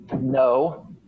no